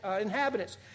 inhabitants